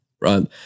Right